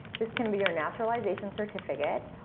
this can be your naturalization certificate,